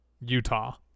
Utah